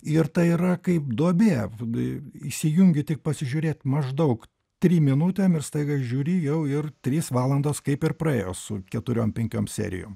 ir tai yra kaip duobė įsijungi tik pasižiūrėt maždaug trim minutėm ir staiga žiūri jau ir trys valandos kaip ir praėjo su keturiom penkiom serijom